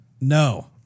No